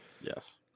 yes